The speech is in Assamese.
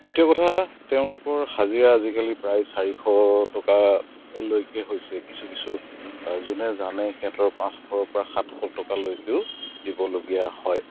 এতিয়া কথা তেওঁলোকৰ হাজিৰা আজিকালি প্ৰায় চাৰিশ টকালৈকে হৈছে কিছু কিছু যোনে জানে সিহঁতৰ পাঁচশৰ পৰা সাতশ টকালৈকেও দিব লগীয়া হয়